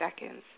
seconds